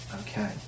Okay